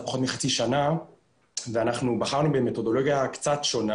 פחות מחצי שנה ואנחנו בחרנו במתודולוגיה קצת שונה.